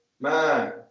man